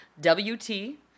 W-T